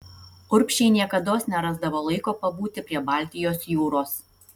urbšiai niekados nerasdavo laiko pabūti prie baltijos jūros